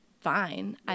fine